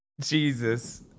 Jesus